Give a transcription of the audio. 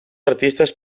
artistes